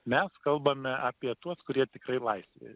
mes kalbame apie tuos kurie tikrai laisvėj